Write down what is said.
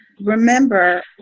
Remember